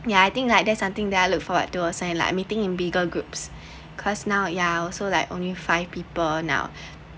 yeah I think like there's something that I look forward to also like meeting in bigger groups because now yeah also like only five people now